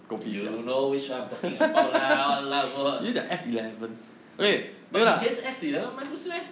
you know which one I talking about right !walao! b~ but 以前是 as eleven mah 不是 meh